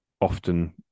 often